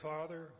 Father